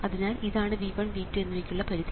അതിനാൽ ഇതാണ് V1 V2 എന്നിവയ്ക്കുള്ള പരിധി